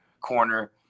corner